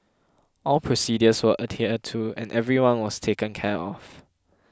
all procedures were adhered to and everyone was taken care of